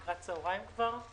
ב-2016,